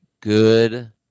good